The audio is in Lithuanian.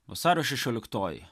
vasario šešioliktoji